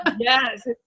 Yes